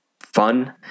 fun